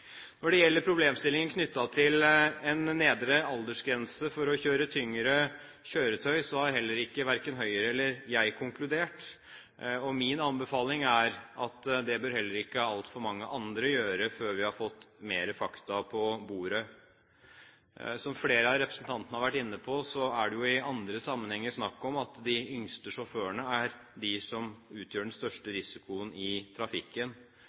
Når det gjelder problemstillingen knyttet til en nedre aldersgrense for å kjøre tyngre kjøretøy, har verken Høyre eller jeg konkludert. Min anbefaling er at det bør heller ikke altfor mange andre gjøre før vi har fått mer fakta på bordet. Som flere av representantene har vært inne på, er det jo i andre sammenhenger snakk om at det er de yngste sjåførene som utgjør den største risikoen i trafikken.